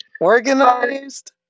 Organized